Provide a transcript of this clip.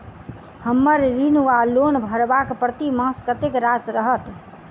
हम्मर ऋण वा लोन भरबाक प्रतिमास कत्तेक राशि रहत?